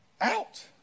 out